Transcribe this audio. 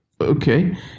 Okay